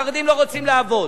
החרדים לא רוצים לעבוד.